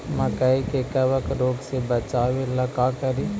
मकई के कबक रोग से बचाबे ला का करि?